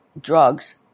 drugs